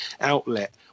outlet